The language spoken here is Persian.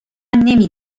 نمی